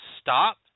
stop